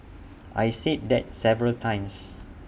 I said that several times